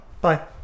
Bye